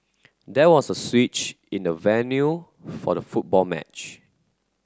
there was a switch in the venue for the football match